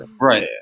right